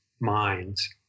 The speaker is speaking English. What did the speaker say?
minds